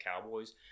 Cowboys